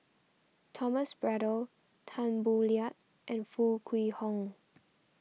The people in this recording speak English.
Thomas Braddell Tan Boo Liat and Foo Kwee Horng